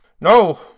No